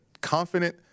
confident